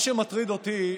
מה שמטריד אותי,